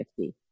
50